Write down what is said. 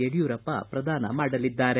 ಯಡಿಯೂರಪ್ಪ ಪ್ರದಾನ ಮಾಡಲಿದ್ದಾರೆ